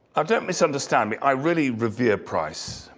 ah don't misunderstand me, i really revere price.